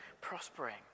prospering